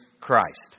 Christ